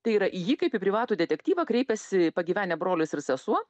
tai yra į jį kaip į privatų detektyvą kreipėsi pagyvenęs brolis ir sesuo